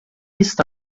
está